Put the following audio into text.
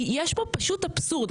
כי יש פה פשוט אבסורד.